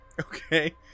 Okay